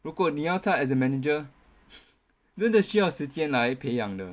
如果你要在 as a manager 真的需要时间来培养的